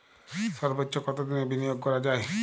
সর্বোচ্চ কতোদিনের বিনিয়োগ করা যায়?